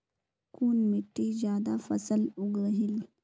कुन मिट्टी ज्यादा फसल उगहिल?